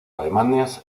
alemanes